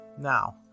Now